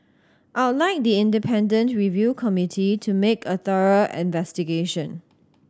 I'll like the independent review committee to make a thorough investigation